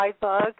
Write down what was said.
bug